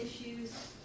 issues